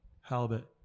Halibut